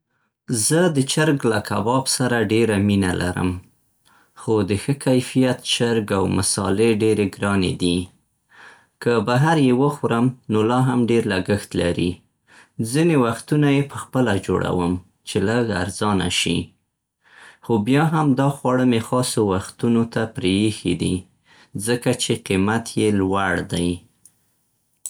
زه د چرګ له کباب سره ډېره مینه لرم. خو د ښه کیفیت چرګ او مصالې ډېرې ګرانې دي. که بهر یې وخورم، نو لا هم ډېر لګښت لري. ځینې وختونه یې پخپله جوړوم، چې لږ ارزانه شي. خو بیا هم دا خواړه مې خاصو وختونو ته پرېښي دي، ځکه چې قېمت يې لوړ دی.